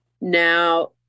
Now